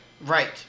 right